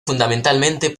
fundamentalmente